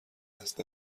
است